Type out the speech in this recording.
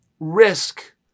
risk